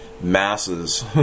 masses